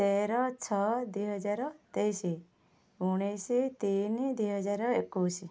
ତେର ଛଅ ଦୁଇ ହଜାର ତେଇଶି ଉଣେଇଶି ତିନି ଦୁଇ ହଜାର ଏକୋଇଶି